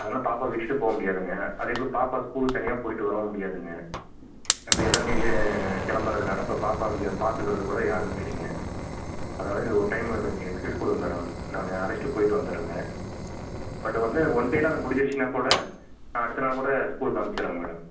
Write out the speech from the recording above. அதனால பாப்பாவை விட்டுட்டு போகமுடியாதுங்க அதேபோல் பாப்பா ஸ்கூல்க்கு தனியாக போயிவிட்டு வரவும் முடியாதுங்க நான் இப்போ எல்லாமே கிளம்புறதுனால் இப்போ பாப்பா இங்கே பார்த்துக்கிறதுகூட யாருமே இல்லைங்க அதனால இந்த ஒரு டைம் கொஞ்சம் எஸ்கியூஸ் கொடுங்க மேடம் நாங்கள் அழைச்சிட்டுப் போயிவிட்டு வந்துர்றேங்க பட் வந்து ஒன்டேவில அது முடிஞ்சிருச்சுன்னாகூட நான் அடுத்த நாள்கூட ஸ்கூல்க்கு அனுப்புச்சிடுறங்க மேடம்